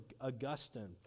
Augustine